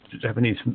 Japanese